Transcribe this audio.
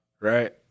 Right